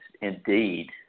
indeed